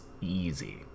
easy